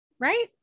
right